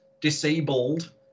disabled